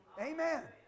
Amen